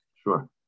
Sure